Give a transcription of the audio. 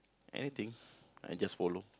anything I just follow